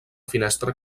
finestra